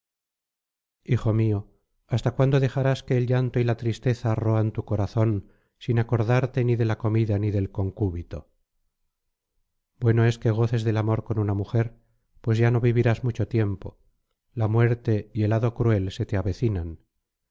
hijo míol hasta cuándo dejarás que el llanto y la tristeza roan tu corazón sin acordarte ni de la comida ni del concúbito bueno es que goces del amor con una mujer pues ya no vivirás mucho tiempo la muerte y el hado cruel se te avecinan